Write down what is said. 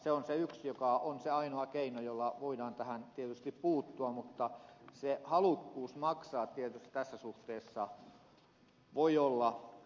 se on se yksi ja ainoa keino jolla voidaan tähän tietysti puuttua mutta se halukkuus maksaa tietysti tässä suhteessa voi olla vähäistäkin